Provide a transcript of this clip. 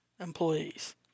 employees